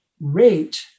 rate